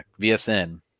VSN